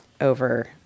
over